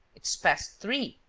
it's past three.